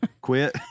Quit